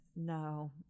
No